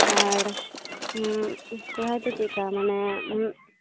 ᱟᱨ ᱥᱚᱨᱦᱟᱨ ᱫᱚ ᱪᱮᱫᱞᱮᱠᱟ ᱢᱟᱱᱮ